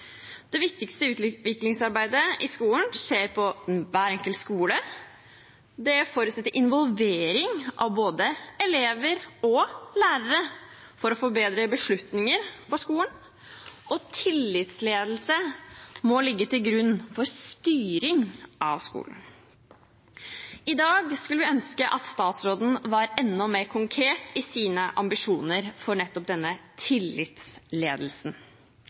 Det viktigste utviklingsarbeidet i skolen skjer på hver enkelt skole. Det forutsetter involvering av både elever og lærere for å få bedre beslutninger for skolen, og tillitsledelse må ligge til grunn for styring av skolen. I dag skulle vi ønske at statsråden var enda mer konkret i sine ambisjoner for nettopp denne tillitsledelsen.